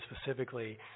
specifically